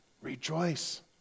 Rejoice